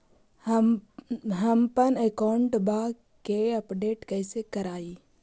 हमपन अकाउंट वा के अपडेट कैसै करिअई?